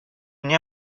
nie